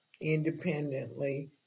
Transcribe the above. independently